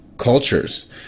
Cultures